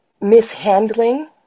mishandling